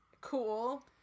cool